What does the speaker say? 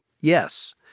Yes